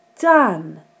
done